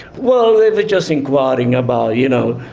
well they were just inquiring about you know,